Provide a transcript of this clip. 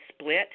split